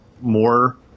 more